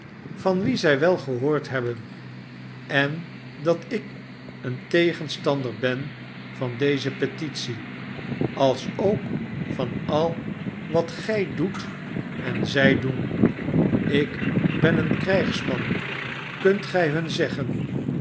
van wien zij wel gehoord hebben en dat ik een tegenstander ben van deze petitie alsook van al wat gij doet en zij doen ik ben een krijgsman kunt gij hun zeggen